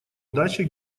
дачи